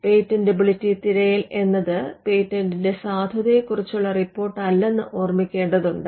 patentability തിരയൽ എന്നത് പേറ്റന്റിന്റെ സാധുതയെക്കുറിച്ചുള്ള റിപ്പോർട്ടല്ലെന്ന് ഓർമ്മിക്കേണ്ടതുണ്ട്